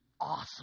awesome